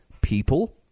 people